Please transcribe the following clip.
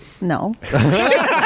No